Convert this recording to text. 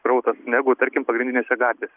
srautas negu tarkim pagrindinėse gatvėse